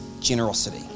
generosity